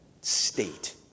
state